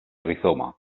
rizoma